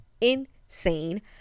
insane